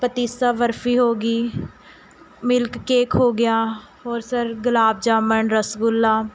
ਪਤੀਸਾ ਬਰਫ਼ੀ ਹੋ ਗਈ milk cake ਹੋ ਗਿਆ ਹੋਰ ਸਰ ਗੁਲਾਬ ਜਾਮਨ ਰਸਗੁੱਲਾ